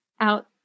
out